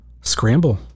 scramble